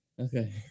okay